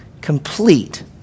complete